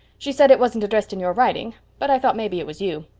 she said it wasn't addressed in your writing, but i thought maybe it was you.